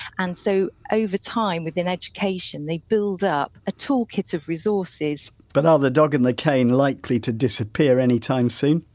and so, over time, within education, they build up a toolkit of resources but are the dog and the cane likely to disappear any time soon?